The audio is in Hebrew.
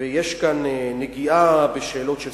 ויש כאן נגיעה בשאלות של